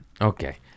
Okay